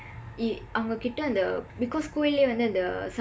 அவங்கக்கிட்ட அந்த:avangkakkitda andtha because கோயில் உள்ளே அந்த:kooyil ullee andtha